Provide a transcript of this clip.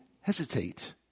hesitate